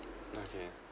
okay